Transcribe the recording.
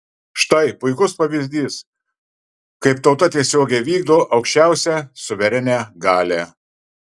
štai puikus pavyzdys kaip tauta tiesiogiai vykdo aukščiausią suverenią galią